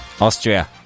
Austria